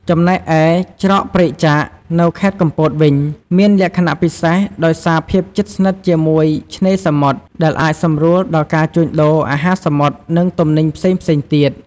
ចំណែកឯ ច្រកព្រែកចាក នៅខេត្តកំពតវិញ មានលក្ខណៈពិសេសដោយសារភាពជិតស្និទ្ធជាមួយឆ្នេរសមុទ្រ ដែលអាចសម្រួលដល់ការជួញដូរអាហារសមុទ្រ និងទំនិញផ្សេងៗទៀត។